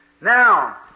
Now